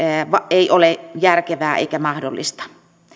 ei ole järkevää eikä mahdollista